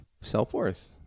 self-worth